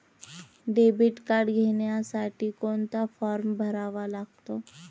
Debit card घेण्यासाठी कोणता form भरावा लागतो?